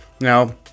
Now